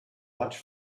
much